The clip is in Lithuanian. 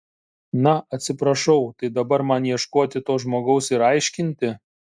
na atsiprašau tai dabar man ieškoti to žmogaus ir aiškinti